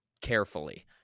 carefully